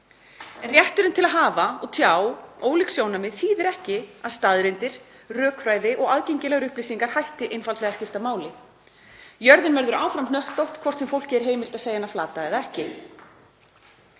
En rétturinn til að hafa og tjá ólík sjónarmið þýðir ekki að staðreyndir, rökfræði og aðgengilegar upplýsingar hætti að skipta máli. Jörðin verður áfram hnöttótt, hvort sem fólki er heimilt að segja hana flata eða ekki.